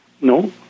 no